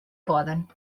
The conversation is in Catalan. poden